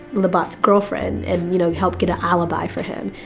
labat's girlfriend and, you know, help get an alibi for him,